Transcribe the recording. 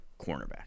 cornerback